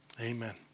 Amen